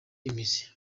imizi